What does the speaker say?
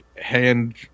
hand